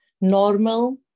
normal